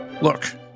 Look